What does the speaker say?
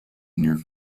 near